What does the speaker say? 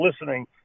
listening